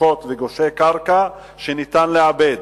חלקות וגושי קרקע שניתן לעבד,